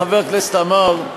חבר הכנסת עמאר,